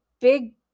big